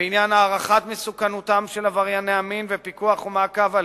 בעניין הערכת מסוכנותם של עברייני מין ופיקוח ומעקב עליהם,